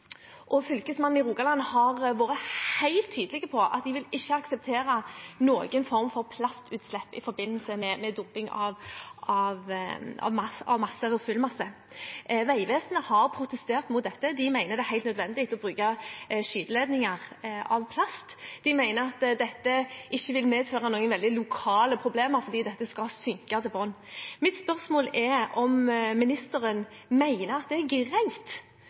og fylkesmannen i Rogaland har vært helt tydelig på at man ikke vil akseptere noen form for plastutslipp i forbindelse med dumping av fyllmasse. Vegvesenet har protestert mot dette. De mener det er helt nødvendig å bruke skyteledninger av plast, og at dette ikke vil medføre veldig lokale problemer fordi dette skal synke til bunns. Mitt spørsmål er om ministeren mener at det er greit